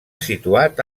situat